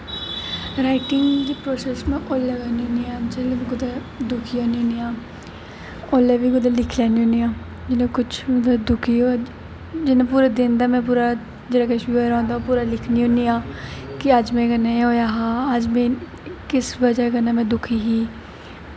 writing दी process में ओल्लै करनी होनी आं जेल्लै में कुतै दुखी होनी होनी आं ओलै में कुदै लिखी लैन्नी होनी आं जेल्लै कुछ मतलब दुखी होऐ जेल्लै पूरे दिन दा में पूरा जेह् किश बी होए दा होंदा ओह् में लिखनी होनी आं कि अज्ज मेरे कन्नै एह् होया हा अज्ज में किस बजह् कन्नै में दुखी ही